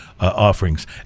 offerings